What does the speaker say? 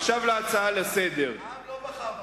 אתם בקומבינה עשיתם ממשלה, העם לא בחר בכם.